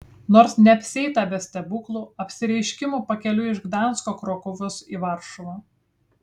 nors neapsieita be stebuklų apsireiškimų pakeliui iš gdansko krokuvos į varšuvą